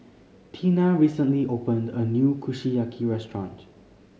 Tina recently opened a new Kushiyaki restaurant